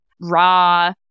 raw